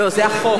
זה החוק.